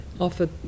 offered